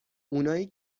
اونایی